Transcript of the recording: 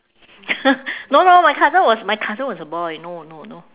no no my cousin was my cousin was a boy no no no